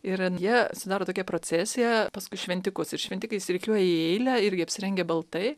ir jie sudaro tokią procesiją paskui šventikus ir šventikai išsirikiuoja į eilę irgi apsirengę baltai